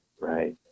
right